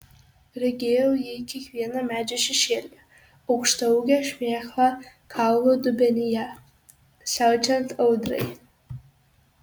regėjau jį kiekvieno medžio šešėlyje aukštaūgę šmėklą kaulų dubenyje siaučiant audrai